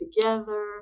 together